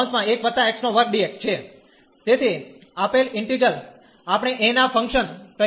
તેથી આપેલ ઇન્ટિગ્રલ આપણે a ના ફંક્શન તરીકે લીધું છે